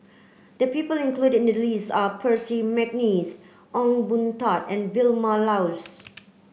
the people included in the list are Percy McNeice Ong Boon Tat and Vilma Laus